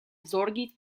zorgis